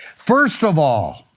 first of all,